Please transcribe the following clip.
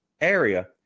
area